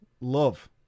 Love